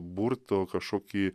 burtų kažkokį